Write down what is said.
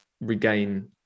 regain